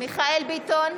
מיכאל מרדכי ביטון,